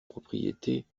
propriétés